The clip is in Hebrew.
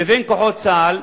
לבין כוחות צה"ל,